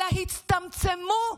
אלא הצטמצמו,